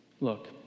Look